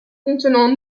contenant